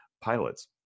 pilots